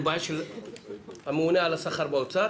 זו בעיה של הממונה על השכר באוצר,